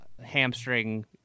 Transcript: hamstring